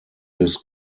his